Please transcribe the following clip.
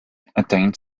attained